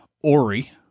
ori